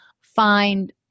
find